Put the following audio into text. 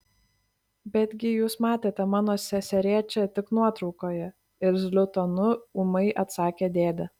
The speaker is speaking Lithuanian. betgi jūs matėte mano seserėčią tik nuotraukoje irzliu tonu ūmai atsakė dėdė